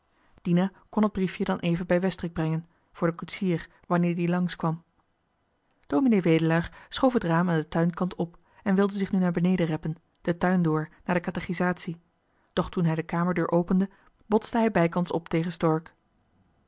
dina kon het brief je dan even bij westrik brengen voor den koetsier wanneer die langs kwam ds wedelaar schoof het raam aan den tuinkant op en wilde zich nu naar beneden reppen den tuin door naar de katechisatie doch toen hij de kamerdeur opende botste hij bijkans op tegen stork